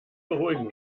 beruhigen